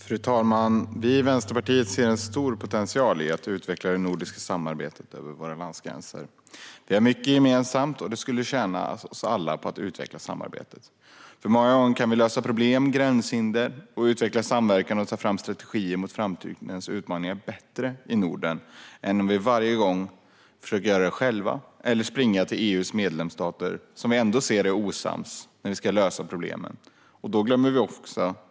Fru talman! Vi i Vänsterpartiet ser en stor potential i att utveckla det nordiska samarbetet över våra landsgränser. Vi har mycket gemensamt och skulle alla tjäna på att utveckla samarbetet. Många gånger kan vi lösa problem och gränshinder, utveckla samverkan och ta fram strategier mot framtidens utmaningar på ett bättre sätt i Norden än om vi varje gång försöker lösa problemen själva eller springer till EU:s medlemsstater, som ändå är osams när problemen ska lösas.